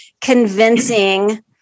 convincing